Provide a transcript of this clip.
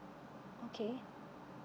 okay